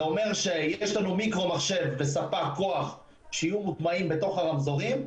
זה אומר שיש לנו מיקרו מחשב וספק כוח שיהיו מוטמעים בתוך הרמזורים,